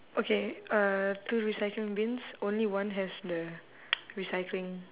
okay uh two recycling bins only one has the recycling